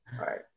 right